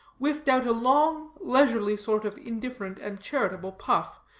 whiffed out a long, leisurely sort of indifferent and charitable puff,